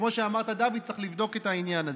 כמו שאמרת, דוד, צריך לבדוק את העניין הזה.